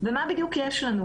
ומה בדיוק יש לנו.